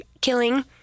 killing